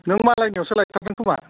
नों मालायनियावसो लायथारदों खोमा